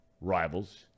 rivals